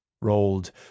rolled